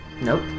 Nope